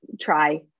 try